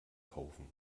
kaufen